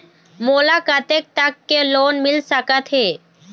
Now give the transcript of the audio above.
मोला कतेक तक के लोन मिल सकत हे?